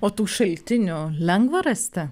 o tų šaltinių lengva rasti